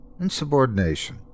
Insubordination